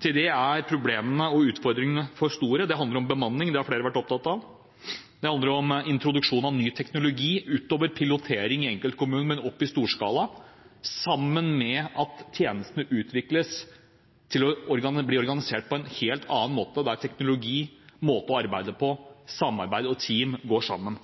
til det er problemene og utfordringene for store. Det handler om bemanning. Det har flere vært opptatt av. Det handler om introduksjon av ny teknologi, utover pilotprosjekter i enkeltkommuner, opp i stor skala, sammen med at tjenestene utvikles og organiseres på en helt annen måte, der teknologi, måte å arbeide på og samarbeid og team går sammen.